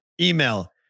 Email